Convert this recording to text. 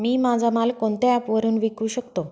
मी माझा माल कोणत्या ॲप वरुन विकू शकतो?